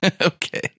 Okay